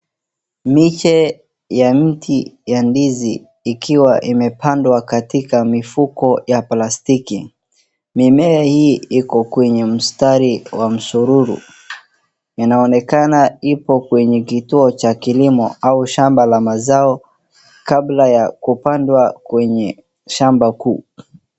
Miche ya miti ya ndizi, ikiwa imepandwa katika mifuko ya plastiki, mimea hii iko kwenye mstari wa msururu, yanaonekana ipo kwenye kituo cha kilimo au shamba la mazao kabla ya kupandwa kwenye shamba kuu.